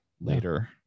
later